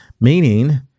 Meaning